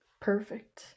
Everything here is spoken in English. Perfect